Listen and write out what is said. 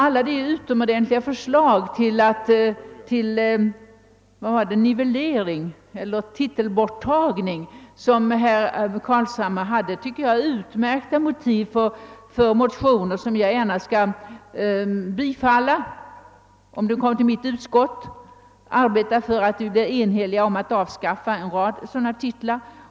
Alla de utomordentliga förslag till nivellering eller titelborttagning, som herr Carlshamre framförde, tycker jag är utmärkta motiv för motioner, som jag gärna skall biträda om de kommer till mitt utskott. Jag är villig medverka till att det blir enighet om att avskaffa en rad sådana titlar.